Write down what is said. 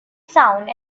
sound